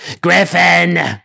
Griffin